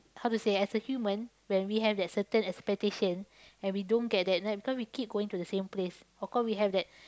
how to say as a human when we have that certain expectation and we don't get that then because we keep going to the same place of course we have that